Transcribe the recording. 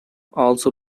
also